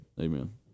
Amen